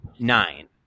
Nine